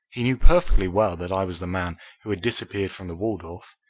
he knew perfectly well that i was the man who had disappeared from the waldorf.